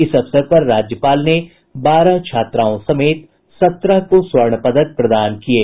इस अवसर पर राज्यपाल ने बारह छात्राओं समेत सत्रह को स्वर्ण पदक प्रदान किये